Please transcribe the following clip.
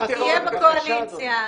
תהיה בקואליציה.